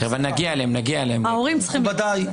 מכובדיי,